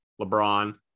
LeBron